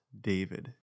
David